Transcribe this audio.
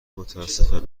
متأسفم